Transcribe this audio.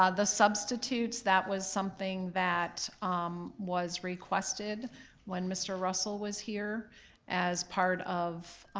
ah the substitutes, that was something that um was requested when mr. russell was here as part of